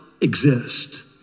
exist